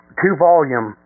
two-volume